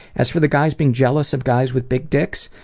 as for the guys being jealous of guys with big dicks,